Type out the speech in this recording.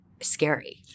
scary